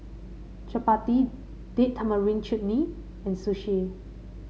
Chapati Date Tamarind Chutney and Sushi